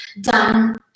done